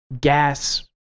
gas